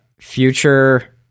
future